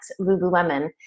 Lululemon